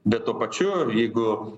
bet tuo pačiu jeigu